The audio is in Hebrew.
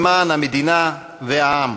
למען המדינה והעם.